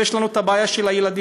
ויש לנו את הבעיה של הילדים.